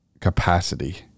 capacity